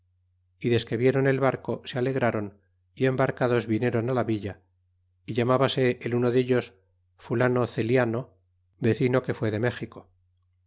é desque vieron el barco se alegraron y embarcados vinieron la villa y llamábase el uno dellos fulano celiano vecino que fue de méxico